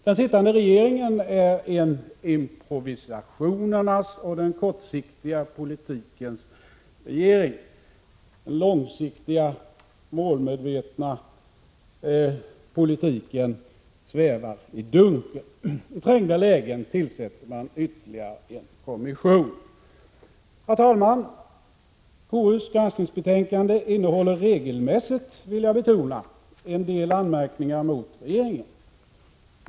Den sittande regeringen är en improvisationernas och den kortsiktiga politikens regering. Den långsiktiga, målmedvetna politiken svävar i dunkel. I trängda lägen tillsätter man ytterligare en kommission. Herr talman! Konstitutionsutskottets granskningsbetänkande innehåller regelmässigt, vill jag betona, en del anmärkningar mot regeringen.